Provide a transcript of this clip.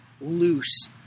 loose